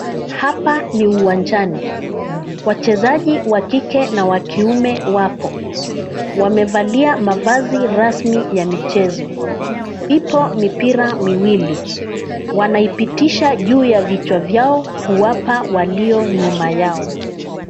Hapa ni uwanjani. Wachezaji wa kike na wa kiume wapo. Wamevalia mavazi rasmi ya michezo. Ipo mipira miwili. wanaipitisha juu ya vichwa vyao kuwapa walio nyuma yao.